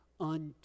unto